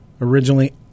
Originally